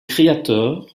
créateurs